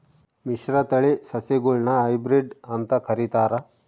ಮಿಶ್ರತಳಿ ಸಸಿಗುಳ್ನ ಹೈಬ್ರಿಡ್ ಅಂತ ಕರಿತಾರ